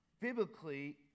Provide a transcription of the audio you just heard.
biblically